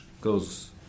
goes